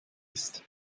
ist